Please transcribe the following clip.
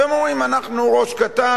והם אומרים: אנחנו ראש קטן,